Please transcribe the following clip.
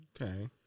okay